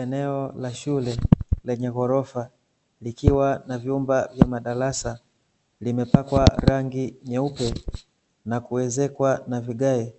Eneo la shule, lenye ghorofa, likiwa na vyumba vya madarasa . Limepakwa rangi nyeupe, na kuezekwa na vigae ,